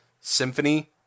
symphony